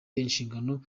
inshingano